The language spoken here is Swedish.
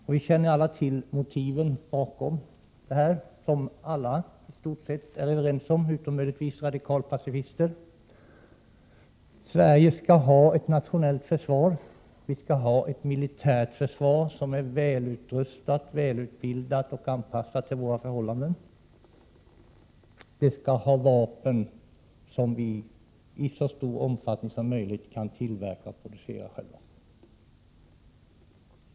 I stort sett alla, utom möjligtvis radikalpacifister, är överens om att Sverige skall ha ett nationellt försvar, ett militärt försvar som är välutrustat, välutbildat och anpassat till våra förhållanden. Det skall ha vapen som vi i så stor omfattning som möjligt själva kan tillverka.